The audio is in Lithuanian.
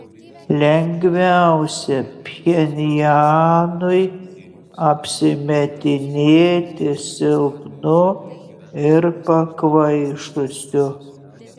lengviausia pchenjanui apsimetinėti silpnu ir pakvaišusiu